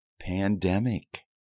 Pandemic